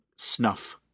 snuff